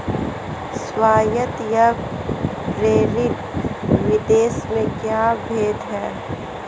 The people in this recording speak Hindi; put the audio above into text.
स्वायत्त व प्रेरित निवेश में क्या भेद है?